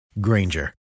Granger